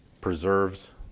preserves